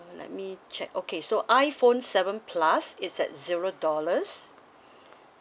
let me check okay so iphone seven plus is at zero dollars